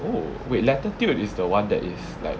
oh wait latitude is the one that is like